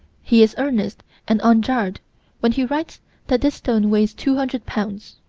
he is earnest and unjarred when he writes that this stone weighs two hundred pounds.